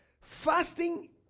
Fasting